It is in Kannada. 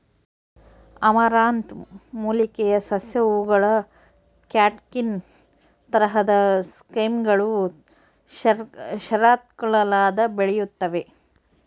ಅಮರಂಥ್ ಮೂಲಿಕೆಯ ಸಸ್ಯ ಹೂವುಗಳ ಕ್ಯಾಟ್ಕಿನ್ ತರಹದ ಸೈಮ್ಗಳು ಶರತ್ಕಾಲದಾಗ ಬೆಳೆಯುತ್ತವೆ